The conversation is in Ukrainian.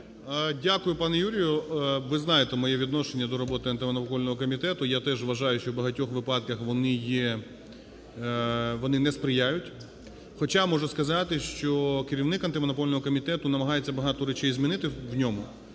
Дякую, пане Юрію. Ви знаєте моє відношення до роботи Антимонопольного комітету, я теж вважаю, що в багатьох випадках вони є, вони не сприяють. Хоча можу сказати, що керівник Антимонопольного комітету намагається багато речей змінити в ньому,